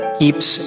keeps